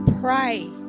pray